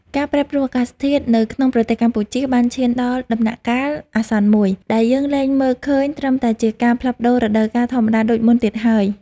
ការប្រែប្រួលអាកាសធាតុនៅក្នុងប្រទេសកម្ពុជាបានឈានដល់ដំណាក់កាលអាសន្នមួយ ដែលយើងលែងមើលឃើញត្រឹមតែជាការផ្លាស់ប្តូររដូវកាលធម្មតាដូចមុនទៀតហើយ។